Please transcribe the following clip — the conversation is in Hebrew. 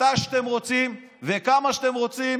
מתי שאתם רוצים וכמה שאתם רוצים,